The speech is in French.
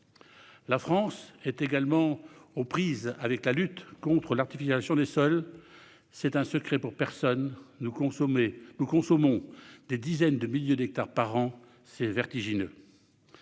La France est également engagée dans une lutte contre l'artificialisation des sols. Ce n'est un secret pour personne : nous consommons des dizaines de milliers d'hectares par an. C'est vertigineux